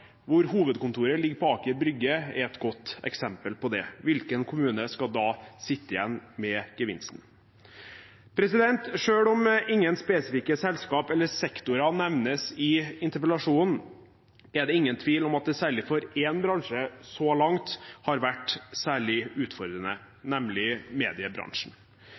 hovedkontoret ligger på Aker brygge, er et godt eksempel på det. Hvilken kommune skal da sitte igjen med gevinsten? Selv om ingen spesifikke selskaper eller sektorer nevnes i interpellasjonen, er det ingen tvil om at det særlig for én bransje så langt har vært særlig utfordrende, nemlig mediebransjen.